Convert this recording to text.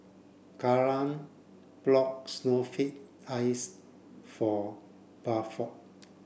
Karan bought snowflake ice for Buford